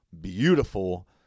beautiful